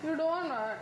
the door lah